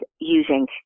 using